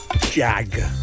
Jag